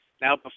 Now